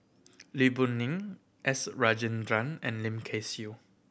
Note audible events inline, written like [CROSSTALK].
Lee Boon [UNINTELLIGIBLE] S Rajendran and Lim Kay Siu